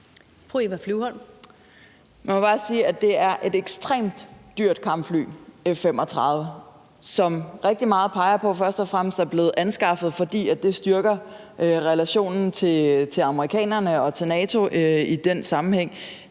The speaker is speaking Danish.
F-35 er et ekstremt dyrt kampfly, som rigtig meget peger på først og fremmest er blevet anskaffet, fordi det styrker relationen til amerikanerne og til NATO i den sammenhæng.